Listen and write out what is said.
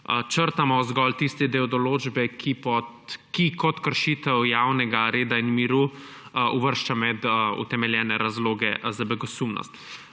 črtamo zgolj tisti del določbe, ki kršitev javnega reda in miru uvršča med utemeljene razloge za begosumnost.